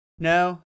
No